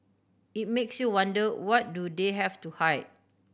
it makes you wonder what do they have to hide